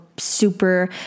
super